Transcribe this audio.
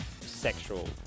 sexual